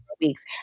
weeks